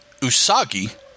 Usagi